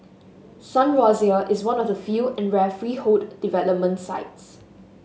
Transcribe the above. Sun Rosier is one of the few and rare freehold development sites